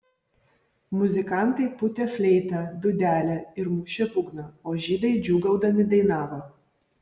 muzikantai pūtė fleitą dūdelę ir mušė būgną o žydai džiūgaudami dainavo